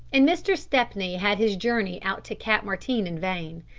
and mr. stepney had his journey out to cap martin in vain.